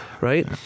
Right